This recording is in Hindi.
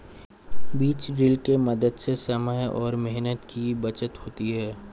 बीज ड्रिल के मदद से समय और मेहनत की बचत होती है